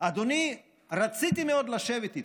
אדוני, רציתי מאוד לשבת איתך.